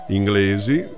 inglesi